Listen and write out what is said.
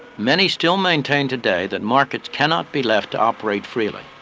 many still maintain today that markets cannot be left to operate freely,